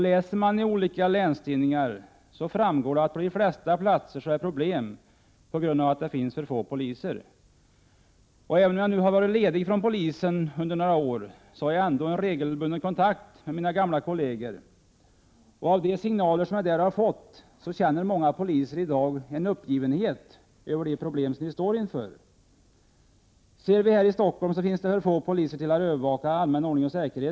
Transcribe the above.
Läser man i olika länstidningar finner man att på de flesta platser finns det problem på grund av att poliserna är för få. Även om jag under några år har varit tjänstledig från polisen har jag ändå en regelbunden kontakt med mina gamla kolleger. Att döma av de signaler som jag har fått känner många poliser i dag en uppgivenhet inför de problem som de står inför. I Stockholm finns det inte tillräckligt med poliser för att övervaka allmän ordning och säkerhet.